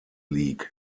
league